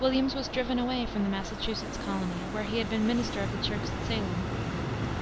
williams was driven away from the massachusetts colony where he had been minister of the church at salem